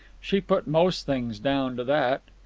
she put most things down to that.